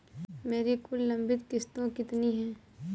मेरी कुल लंबित किश्तों कितनी हैं?